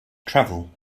travel